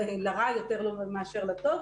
לרע יותר מאשר לטוב